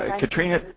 ah katrina,